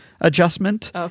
adjustment